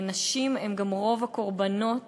ונשים הן גם רוב הקורבנות